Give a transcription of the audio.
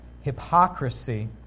hypocrisy